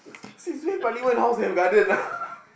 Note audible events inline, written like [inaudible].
since when parliament house have garden [laughs]